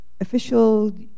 official